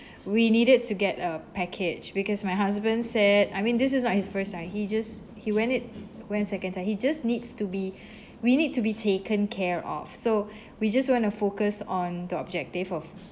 we needed to get a package because my husband said I mean this is not his first time he just he went it went seconds ah he just needs to be we need to be taken care of so we just want to focus on the objective of